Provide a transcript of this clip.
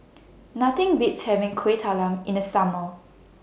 Nothing Beats having Kuih Talam in The Summer